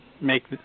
make